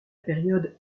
période